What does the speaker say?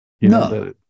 No